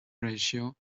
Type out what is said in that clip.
ratio